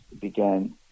began